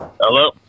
Hello